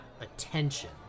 attention